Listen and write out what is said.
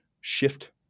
shift